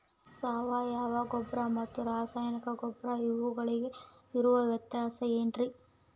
ಸಾವಯವ ಗೊಬ್ಬರ ಮತ್ತು ರಾಸಾಯನಿಕ ಗೊಬ್ಬರ ಇವುಗಳಿಗೆ ಇರುವ ವ್ಯತ್ಯಾಸ ಏನ್ರಿ?